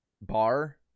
bar